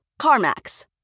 CarMax